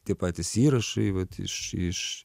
tie patys įrašai vat iš iš